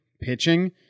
pitching